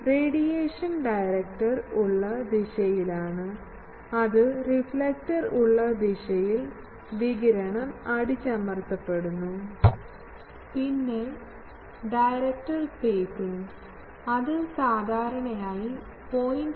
radiation director ഉള്ള ദിശയിലാണ് അത് റിഫ്ലക്ടർ ഉള്ള ദിശയിൽ വികിരണം അടിച്ചമർത്തപ്പെടുന്നു പിന്നെ ഡയറക്ടർ സ്പേസിംഗ് അത് സാധാരണയായി 0